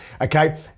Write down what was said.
okay